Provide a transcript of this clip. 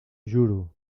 juro